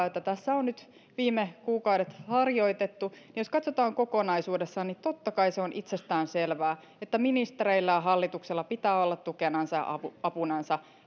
jota tässä on nyt viime kuukaudet harjoitettu niin jos katsotaan kokonaisuudessaan niin totta kai se on itsestäänselvää että ministereillä ja hallituksella pitää olla tukenansa ja apunansa